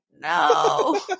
no